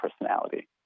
personality